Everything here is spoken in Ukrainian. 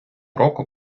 року